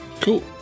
cool